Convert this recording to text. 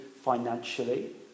financially